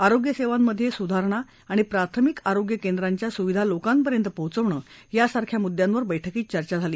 आरोग्यसेवांमधे सुधारणा आणि प्राथमिक आरोग्य केंद्राच्या सुविधा लोकांपर्यंत पोचवणं यासारख्या मुद्यांवर बैठकीत चर्चा झाली